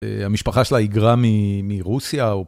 המשפחה שלה היגרה מרוסיה, או...